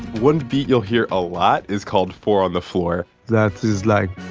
one beat you'll hear a lot is called four on the floor that is like